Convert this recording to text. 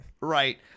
Right